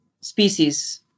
species